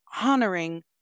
honoring